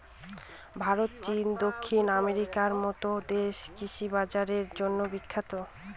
ভারত, চীন, দক্ষিণ আমেরিকার মতো দেশ কৃষিকাজের জন্য বিখ্যাত